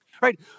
right